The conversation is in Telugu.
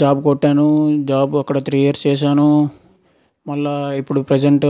జాబ్ కొట్టాను అక్కడ త్రీ ఇయర్స్ చేశాను మళ్ళీ ఇప్పుడు ప్రజెంట్